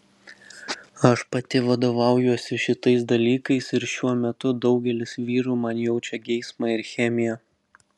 aš pati vadovaujuosi šitais dalykais ir šiuo metu daugelis vyrų man jaučia geismą ir chemiją